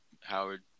Howard